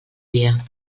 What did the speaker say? dia